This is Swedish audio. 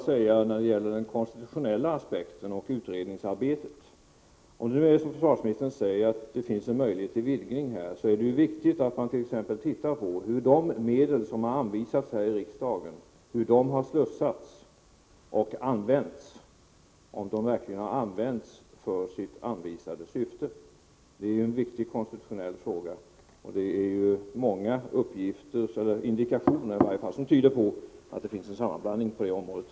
Sedan beträffande den konstitutionella aspekten och utredningsarbetet. Om det nu är så som försvarsministern säger att det finns möjlighet till vidgning, är det ju viktigt att man t.ex. ser på hur de medel som har anvisats av riksdagen har slussats och använts, om de verkligen har använts till sitt anvisade syfte. Det är en viktig konstitutionell fråga. Många uppgifter, eller i varje fall indikationer, tyder på att det finns en sammanblandning på det området.